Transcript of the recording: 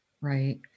right